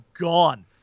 gone